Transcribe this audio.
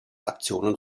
aktionen